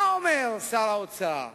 מה שר האוצר אומר?